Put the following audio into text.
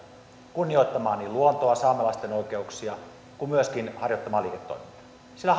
kunnioittamaan niin luontoa saamelaisten oikeuksia kuin myöskin harjoittamaan liiketoimintaa sillä